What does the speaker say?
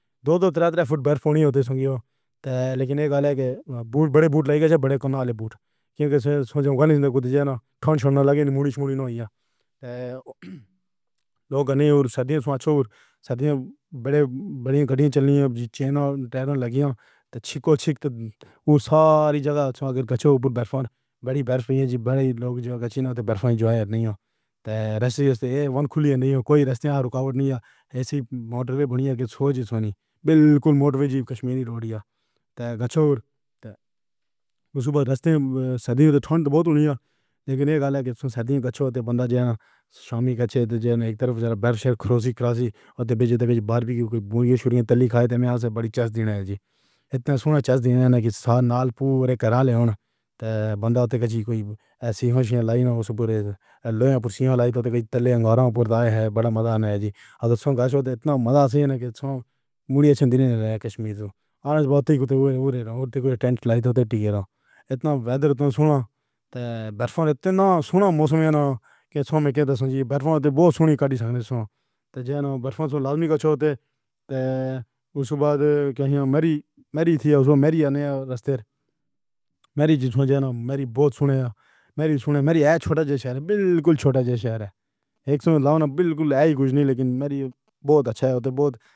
دو دو، تن فٹ برف ہونی اُسے سنگیو۔ لیکن یہ گلا کے وڈے بوٹ لگ گئے جا وڈے کونال بوٹ۔ کیونکہ سننے میں کجھ ٹھنڈ لگی مڑی چھری نہیں اے۔ لوگ انیل تے سنجے سواں سدھے وڈے وڈی۔ گڈیاں چلنیاں نی جی چین ٹائر لگی ہو تو چھکّو چھکّ۔ تو او ساری جگہ اگر غزل پہ برف تے وڈی برف۔ وڈے لوگ جو پچھے برف جو نہیں اے راستے توں ون کھلی نہیں ہو۔ کوئی راستہ رکاوٹ نہیں اے۔ ایسی موٹروے بنی اے کہ شوج سونی بلکل موٹروے کشمیری روڈ اے تو گزار۔ راستے سنیاں ٹھنڈ بہت ہو گیا لیکن ایہہ گلا کے کجھ بندے جانا۔ شامی کچہری دے طرف برف کراسنگ کراسی تھے بیچ بیچ۔ باربی کیو دی بھوری تلی کھایت۔ میں تو وڈی چاہندی اے جی اتنا سونا چاہندی اے کہ نال پورے گھروالے ہونا بندے تھے۔ کسے نوں ایسی ہی لائن وچ لگے ہو تو کئی تلے انگاراں تے آیا اے۔ وڈا مزا اے جی۔ تے سوچو تو اتنا مزا کہ موڈ چھین لیا کشمیر تو بہت ہی گھتریّا۔ ٹینٹ لگا دتا۔ اتنا ویڈر سونڈھا تے برف نہ سونا۔ موسم نہ دے سامنے دی تصویر۔ برف تے بہت سنی کھڑی سانوں ساں تے جناب، برف توں لادلی کجھوا تھے۔ اُس بعد دی میری میرج سی، میرج دے راستے۔ میرج دی میرج بہت سندر اے۔ میرج میری چھوٹا سا بلکل چھوٹا سا شہر اے۔ اکٹھے لانا بلکل ایسا کجھ نہیں۔ لیکن میرج بہت اچھا ہوندا اے بہت۔